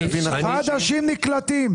חדשים נקלטים.